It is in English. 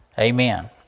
Amen